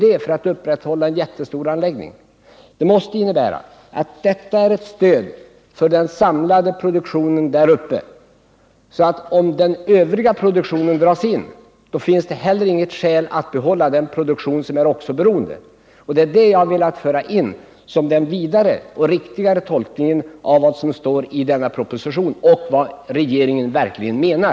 Det måste innebära att oxo-produktionen är ett stöd för den samlade produktionen där uppe. Om den övriga produktionen dras in, förändras att trygga sysselförusättningarna att behålla den produktion som är oxo-beroende. Det är sättningen vid detta som jag har velat föra in som en vidare och riktigare tolkning av vad som Berol Kemi AB står i propositionen för att få fram vad regeringen egentligen menar.